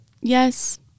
Yes